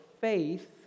faith